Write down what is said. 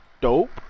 dope